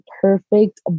perfect